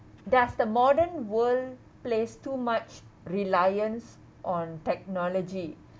does the modern world place too much reliance on technology